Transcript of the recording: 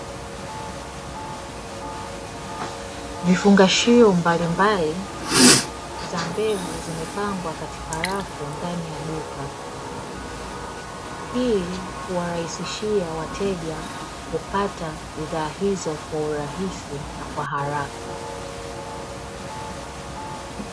Vifungashio mbalimbali za mbegu zimepangwa katika rafu ndani ya duka. Hii huwarahisishia wateja kupata bidhaa hizo kwa urahisi na kwa haraka.